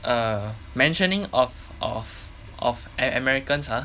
err mentioning of of of americans ah